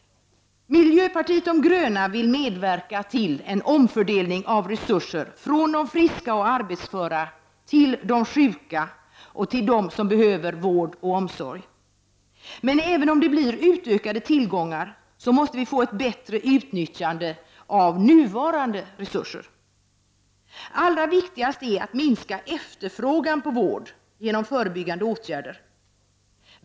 Miljöpartiet de gröna vill medverka till en omfördelning av resurser från de friska och arbetsföra till de sjuka och till dem som behöver vård och omsorg. Men även om det blir utökade tillgångar, måste vi få ett bättre utnyttjande av de nuvarande resurserna. Allra viktigast är att minska efterfrågan på vård genom förebyggande åtgärder.